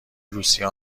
روسیه